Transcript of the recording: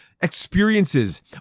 experiences